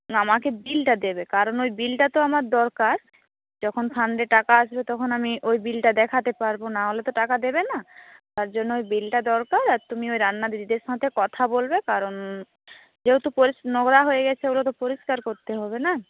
আমাকে বিলটা দেবে কারণ ওই বিলটা তো আমার দরকার যখন ফান্ডে টাকা আসবে তখন আমি ওই বিলটা দেখতে পারবো নাহলে তো টাকা দেবে না তার জন্য ওই বিলটা দরকার আর তুমি ওই রান্নার দিদিদের সাথে কথা বলবে কারণ যেহেতু পরিষ নোংরা হয়ে গেছে ওইটা তো পরিষ্কার করতে হবে না